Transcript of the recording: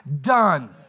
done